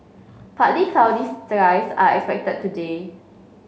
partly skies are expected today